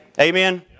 Amen